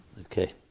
Okay